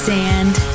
sand